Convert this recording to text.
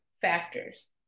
factors